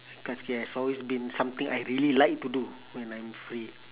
cause that has always been something I really like to do when I am free